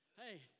Hey